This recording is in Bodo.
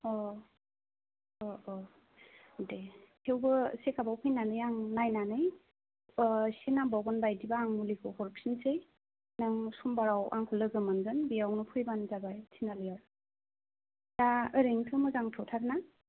अ अ अ दे थेवबो चेकआपआव फैनानै आं नायनानै एसे नांबावगोन बादिबा आं मुलिखौ हरफिननोसै नों समबाराव आंखौ लोगो मोनगोन बेयावनो फैबानो जाबाय थिनालियाव दा ओरैनोथ' मोजांथ'थार ना